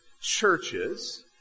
churches